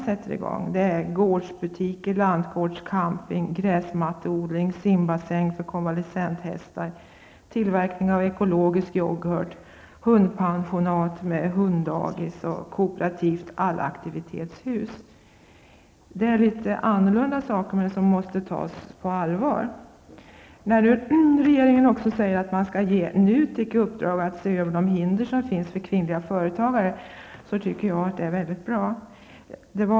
Det är gårdsbutiker, lantgårdscamping, gräsmatteodling, simbassäng för konvalecenthästar, tillverkning av ekologisk youghurt, hundpensionat med hunddagis och kooperativt allaktivitetshus. Det är alltså litet annorlunda projekt som måste tas på allvar. När nu regeringen säger att man skall ge NUTEK i uppdrag att se över de hinder som kan finnas för kvinnliga företagare, så tycker jag att det är mycket bra.